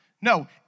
No